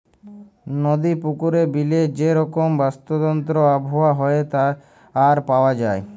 নদি, পুকুরে, বিলে যে রকম বাস্তুতন্ত্র আবহাওয়া হ্যয়ে আর পাওয়া যায়